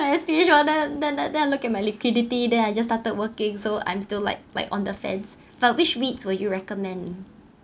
I have finished all that then then I look at my liquidity then I just started working so I'm still like like on the fence but which REITs will you recommend